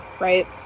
Right